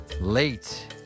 Late